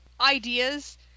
ideas